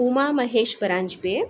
Uma Mahesh Paranjpe